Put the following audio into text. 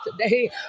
today